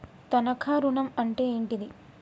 తనఖా ఋణం అంటే ఏంటిది?